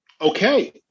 okay